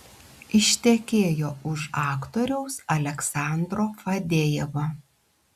ištekėjo už aktoriaus aleksandro fadejevo